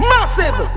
Massive